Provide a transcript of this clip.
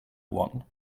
one